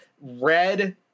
red